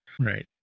Right